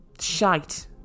shite